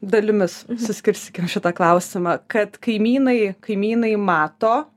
dalimis suskirstykim šitą klausimą kad kaimynai kaimynai mato